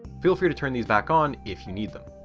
feel free to turn these back on if you need them.